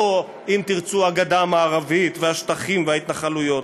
או אם תרצו הגדה המערבית והשטחים וההתנחלויות.